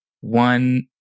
one